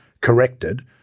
corrected